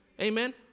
Amen